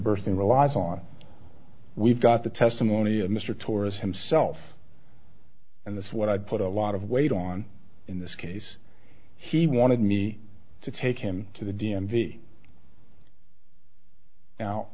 burton relies on we've got the testimony of mr torres himself and that's what i put a lot of weight on in this case he wanted me to take him to the d m v now